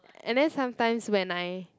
and then sometimes when I